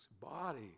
body